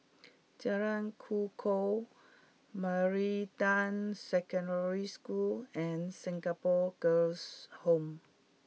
Jalan Kukoh Meridian Secondary School and Singapore Girls' Home